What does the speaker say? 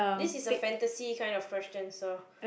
this is fantasy question of kind so